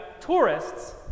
tourists